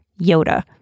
Yoda